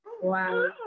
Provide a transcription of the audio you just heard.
Wow